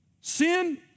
sin